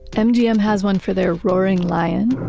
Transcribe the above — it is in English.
mgm has one for their roaring lion,